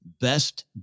Best